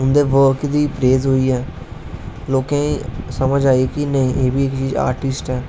उदे बर्क दी प्रेज होई लोकें गी समझ आई कि नेईं एह् बी इक चीज आर्ट्रिस्ट ऐ